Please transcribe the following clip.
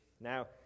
Now